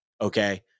Okay